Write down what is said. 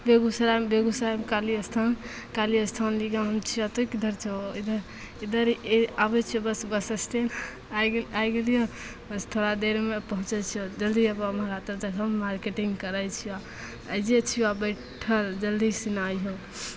बेगूसराय बेगूसरायमे काली अस्थान काली अस्थान लिगाँ हम छिअऽ ओतहि किधरसे ओ इधर इधर ए आबै छिअऽ बस बस स्टैण्ड आइ आइ गेलिअऽ बस थोड़ा देरमे पहुँचै छिअऽ तऽ जल्दी आबऽ महराज तबतक हम मार्केटिन्ग करै छिअऽ अहिजे छिअऽ बैठल जल्दीसिना अइहऽ